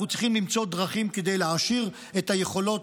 אנחנו צריכים למצוא דרכים כדי להעשיר את היכולות